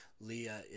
Leah